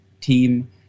team